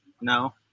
No